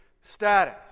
status